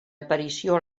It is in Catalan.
aparició